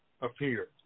appeared